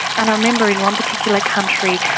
and i remember in one particular country,